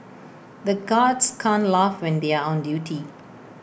the guards can't laugh when they are on duty